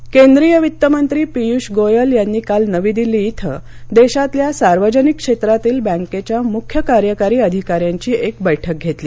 गोयल केंद्रीय वित्त मंत्री पियूष गोयल यांनी काल नवी दिल्ली इथं देशातल्या सार्वजनिक क्षेत्रातील बँकेच्या मुख्या कार्यकारी अधिकाऱ्यांची एक बैठक घेतली